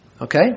Okay